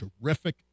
terrific